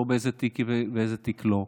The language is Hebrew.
לא באיזה תיק כן ובאיזה תיק לא.